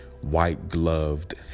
white-gloved